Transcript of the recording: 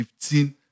15